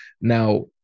Now